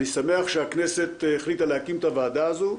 אני שמח שהכנסת החליטה להקים את הוועדה הזו,